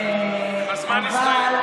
רק באקלים.